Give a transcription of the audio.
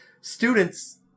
students